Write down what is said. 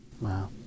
Wow